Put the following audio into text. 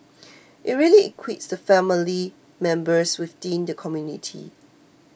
it really equips the family members within the community